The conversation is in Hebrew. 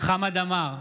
חמד עמאר,